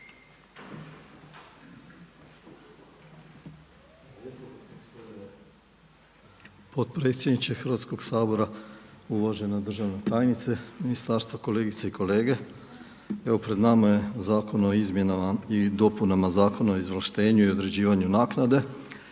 Potpredsjedniče Sabora, uvažena državna tajnice ministarstva, kolegice i kolege. Evo pred nama je zakon o izmjenama i dopunama Zakona o izvlaštenju i određivanju naknade